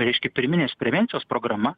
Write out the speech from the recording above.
reiškia pirminės prevencijos programa